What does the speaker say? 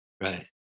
Right